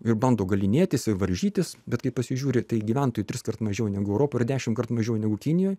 ir bando galynėtis ir varžytis bet kai pasižiūri tai gyventojų triskart mažiau negu europoj ir dešimtkart mažiau negu kinijoje